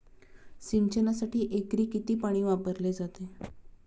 सिंचनासाठी एकरी किती पाणी वापरले जाते?